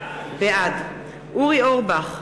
בעד אורי אורבך,